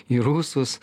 į rusus